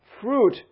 fruit